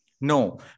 No